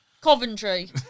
Coventry